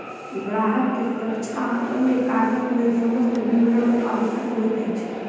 ग्राहक के सुरक्षा आ अन्य कारणक लेल समस्त विवरण आवश्यक होइत अछि